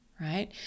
Right